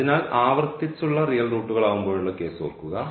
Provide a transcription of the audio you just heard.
അതിനാൽ ആവർത്തിച്ചുള്ള റിയൽ റൂട്ടുകൾ ആവുമ്പോഴുള്ള കേസ് ഓർക്കുക